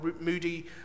moody